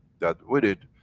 that with it,